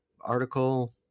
article